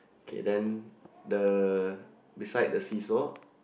okay then the beside the seesaw